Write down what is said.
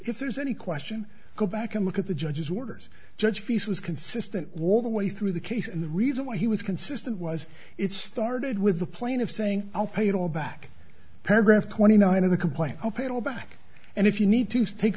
if there's any question go back and look at the judge's orders judge piece was consistent wore the way through the case and the reason why he was consistent was it started with the plaintiff saying i'll pay it all back paragraph twenty nine of the complaint i'll pay it all back and if you need to take